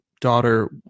daughter